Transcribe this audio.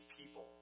people